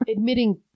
Admitting